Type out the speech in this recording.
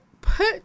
put